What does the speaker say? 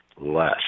less